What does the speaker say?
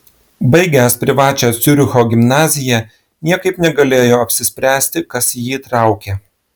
baigęs privačią ciuricho gimnaziją niekaip negalėjo apsispręsti kas jį traukia